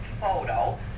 photo